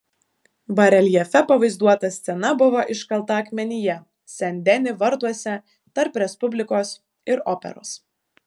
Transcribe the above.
bareljefe pavaizduota scena buvo iškalta akmenyje sen deni vartuose tarp respublikos ir operos